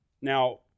Now